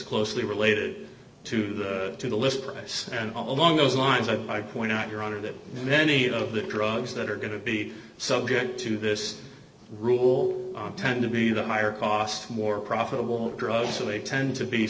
closely related to the to the list price and along those lines i point out your honor that many of the drugs that are going to be subject to this rule tend to be the higher cost more profitable drugs and they tend to be